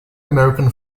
american